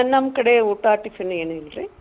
ನಮ್ಮ ಕಡೆ ಊಟ ಟಿಫಿನ್ ಏನೂ ಇಲ್ರಿ